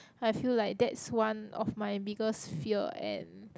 I feel like that's one of my biggest fear and